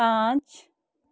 पाँच